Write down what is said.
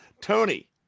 Tony